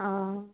ও